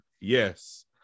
Yes